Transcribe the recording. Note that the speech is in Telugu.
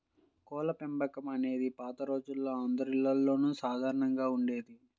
కోళ్ళపెంపకం అనేది పాత రోజుల్లో అందరిల్లల్లోనూ సాధారణంగానే ఉండేది